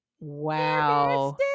wow